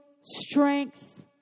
strength